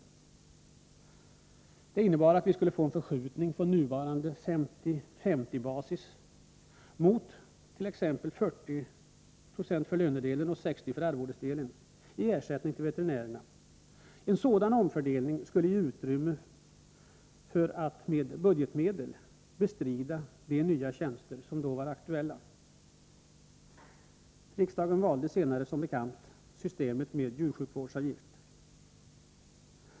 Det innebar att vi i ersättningen till veterinärerna skulle få en förskjutning från nuvarande 50/50-basis mot t.ex. en 40-procentig lönedel och en 60-procentig arvodesdel. En sådan omfördelning skulle ge utrymme för att med budgetmedel bestrida de nya tjänster som då var aktuella. Riksdagen valde som bekant systemet med djursjukvårdsavgift.